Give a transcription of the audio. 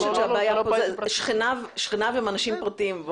שכניו הם אנשים פרטיים.